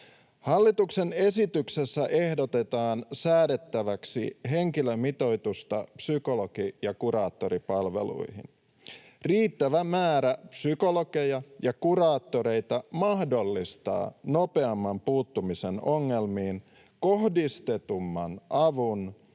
Hallituksen esityksessä ehdotetaan säädettäväksi henkilömitoitusta psykologi- ja kuraattoripalveluihin. Riittävä määrä psykologeja ja kuraattoreita mahdollistaa nopeamman puuttumisen ongelmiin, kohdistetumman avun